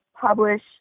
publish